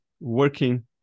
working